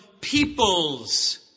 peoples